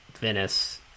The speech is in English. Venice